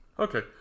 Okay